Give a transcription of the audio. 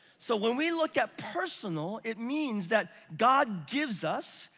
so when we look at personal, it means that god gives us,